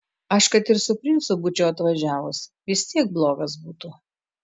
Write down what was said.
aš kad ir su princu būčiau atvažiavus vis tiek blogas būtų